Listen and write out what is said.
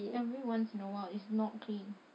every once in awhile is not clean